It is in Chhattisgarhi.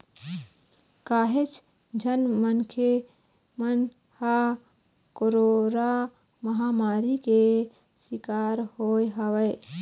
काहेच झन मनखे मन ह कोरोरा महामारी के सिकार होय हवय